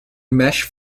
mesh